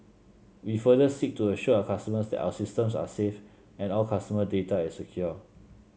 we further seek to assure our customers that our systems are safe and all customer data is secure